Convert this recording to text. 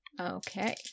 Okay